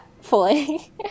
fully